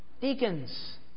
deacons